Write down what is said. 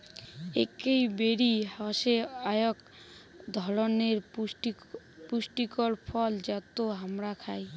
একাই বেরি হসে আক ধরণনের পুষ্টিকর ফল যেটো হামরা খাই